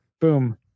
boom